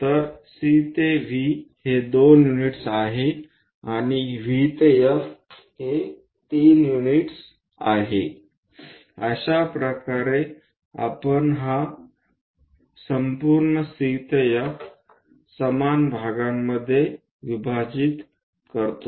तरC ते V हे 2 units आहेत आणि V ते F हे 3 युनिट्स आहेत अशा प्रकारे आपण हा संपूर्ण C ते F समान भागांमध्ये विभाजित करतो